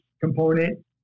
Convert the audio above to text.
component